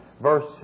verse